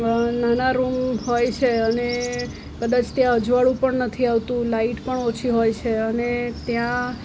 નાના રૂમ હોય છે અને કદાચ ત્યાં અજવાળું પણ નથી આવતું લાઈટ પણ ઓછી હોય છે અને ત્યાં